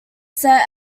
sets